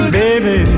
baby